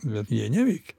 bet jie neveikė